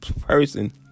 person